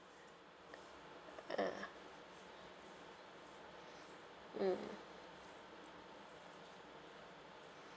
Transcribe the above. uh mm